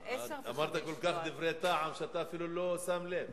אמרת כל כך דברי טעם שאתה אפילו לא שם לב.